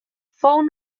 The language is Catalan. fou